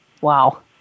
Wow